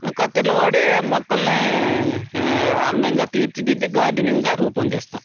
ఆ కత్తెరలు వాడి మొక్కలని అందంగా తీర్చిదిద్ది గార్డెనింగ్గా రూపొందిస్తాం